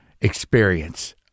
experience